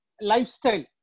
lifestyle